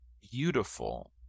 beautiful